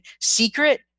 secret